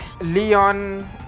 Leon